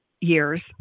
years